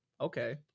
okay